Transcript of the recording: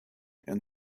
and